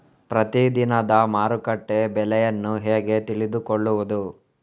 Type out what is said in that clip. ಪ್ರತಿದಿನದ ಮಾರುಕಟ್ಟೆ ಬೆಲೆಯನ್ನು ಹೇಗೆ ತಿಳಿದುಕೊಳ್ಳುವುದು?